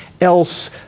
else